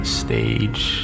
stage